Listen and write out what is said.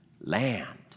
Land